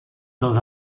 dans